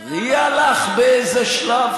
זה הפריע לך באיזה שלב,